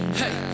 hey